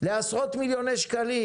לעשרות מיליוני שקלים?